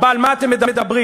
על מה אתם מדברים?